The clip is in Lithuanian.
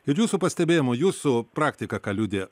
ir jūsų pastebėjimu jūsų praktika ką liudija